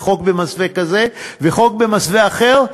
וחוק במסווה כזה וחוק במסווה אחר,